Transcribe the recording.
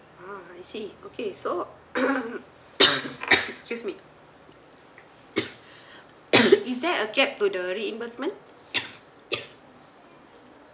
ah I see okay so excuse me is there a cap to the reimbursement